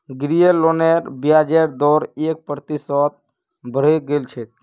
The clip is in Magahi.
गृह लोनेर ब्याजेर दर एक प्रतिशत बढ़े गेल छेक